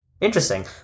Interesting